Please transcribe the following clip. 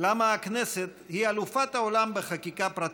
למה הכנסת היא אלופת העולם בחקיקה פרטית,